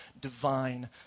divine